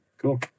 Cool